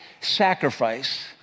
sacrifice